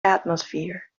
atmosphere